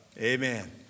Amen